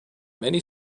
many